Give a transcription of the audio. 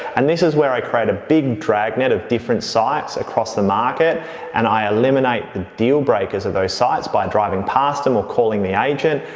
and this is where i create a big dragnet of different sites across the market and i eliminate the dealbreakers of those sites by driving past them or calling the agent,